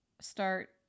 start